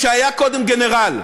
שהיה קודם גנרל.